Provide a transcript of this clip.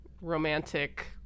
romantic